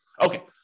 Okay